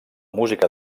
música